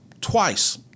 twice